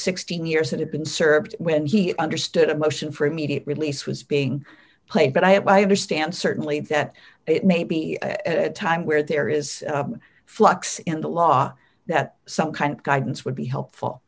sixteen years that have been served when he understood that motion for immediate release was being played but i understand certainly that it may be a time where there is flux in the law that some kind of guidance would be helpful